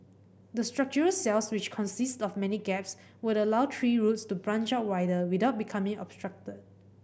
the structural cells which consist of many gaps would allow tree roots to branch out wider without becoming obstructed